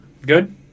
Good